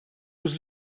was